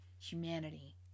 humanity